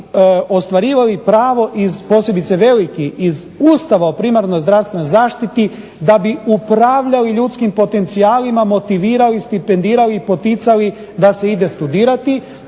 ostvarivali pravo iz Ustava o primarnoj zdravstvenoj zaštiti, da bi upravljali ljudskim potencijalima, motivirali, stipendirali, poticali da se ide studirati